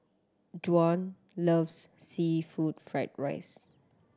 Dow loves seafood fried rice